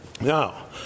Now